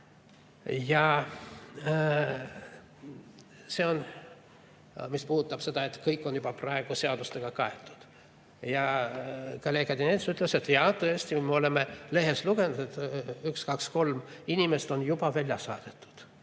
Ja see puudutab seda, et kõik on juba praegu seadustega kaetud. Kolleeg Odinets ütles, et jaa, tõesti, me oleme lehest lugenud, et üks, kaks, kolm inimest on juba välja saadetud.